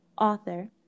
author